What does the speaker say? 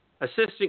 assistant